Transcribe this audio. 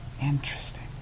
Interesting